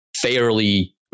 fairly